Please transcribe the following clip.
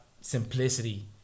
simplicity